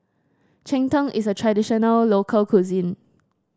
Cheng Tng is a traditional local cuisine